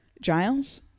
Giles